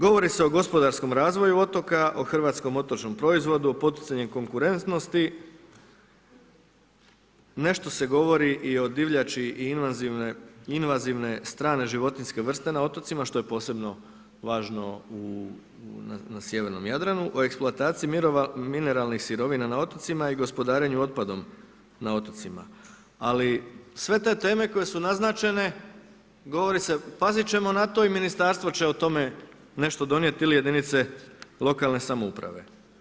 Govori se o gospodarskom razvoju otoka, o hrvatskom otočnom proizvodu, o poticanju konkurentnosti, nešto se govori i o divljači i invazivne strane životinjske vrste na otocima što je posebno važno na sjevernom Jadranu, o eksploataciji mineralnih sirovina na otocima i gospodarenju otpadom na otocima, ali sve te teme koje su naznačene govori se pazit ćemo na to i ministarstvo će o tome nešto donijet ili jedinice lokalne samouprave.